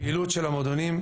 מבחינת הפעילות של המועדונים,